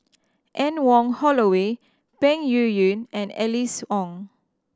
Anne Wong Holloway Peng Yuyun and Alice Ong